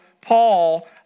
Paul